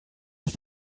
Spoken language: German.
ist